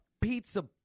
pizza